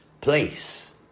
place